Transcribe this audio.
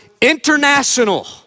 international